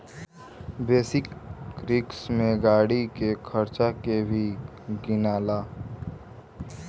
basic risk में गाड़ी के खर्चा के भी गिनाला